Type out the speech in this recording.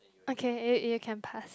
okay you you can pass